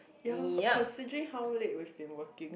ya lor considering how late we've been working